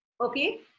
Okay